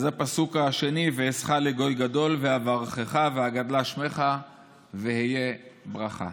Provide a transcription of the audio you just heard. אז הפסוק השני הוא "ואעשך לגוי גדול ואברכך ואגדלה שמך והיה ברכה".